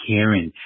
Karen